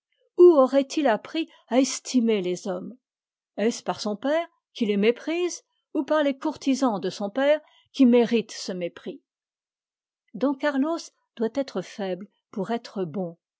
aurait-il appris à estimer les hommes est-ce par son père qui les méprise ou par les courtisans de son père qui méritent ce mépris don carlos doit être faible pour être bon